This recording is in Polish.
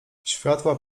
światła